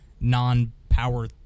non-power